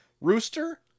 rooster